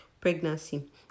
pregnancy